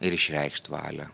ir išreikšt valią